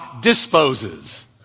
disposes